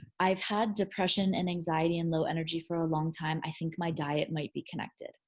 i've had depression and anxiety and low energy for a long time. i think my diet might be connected.